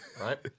Right